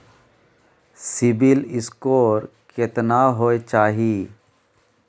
CIBIL score केतना होय चाही?